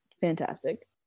fantastic